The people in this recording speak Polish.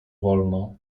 wolno